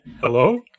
Hello